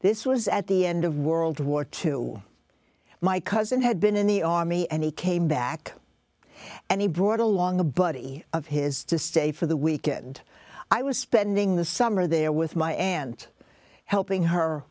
this was at the end of world war two my cousin had been in the army and he came back and he brought along a buddy of his to stay for the weekend i was spending the summer there with my aunt helping her